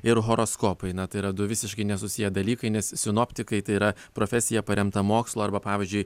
ir horoskopai na tai yra du visiškai nesusiję dalykai nes sinoptikai tai yra profesija paremta mokslu arba pavyzdžiui